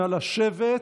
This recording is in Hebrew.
נא לשבת.